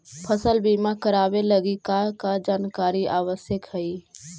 फसल बीमा करावे लगी का का जानकारी आवश्यक हइ?